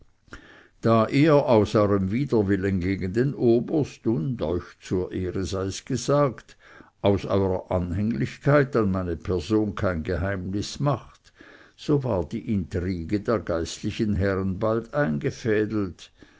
da ihr aus euerm widerwillen gegen den oberst und euch zur ehre sei's gesagt aus eurer anhänglichkeit an meine person kein geheimnis macht so war die intrige der geistlichen herrn bald eingefädelt